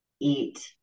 eat